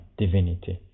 divinity،